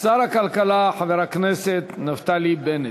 שר הכלכלה חבר הכנסת נפתלי בנט.